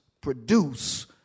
produce